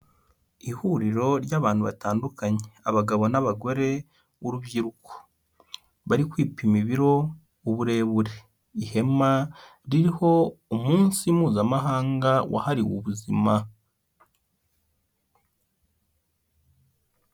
Ihuriro ry'abantu batandukanye, abagabo n'abagore, urubyiruko. Bari kwipima ibiro, uburebure. Ihema ririho umunsi mpuzamahanga wahariwe ubuzima.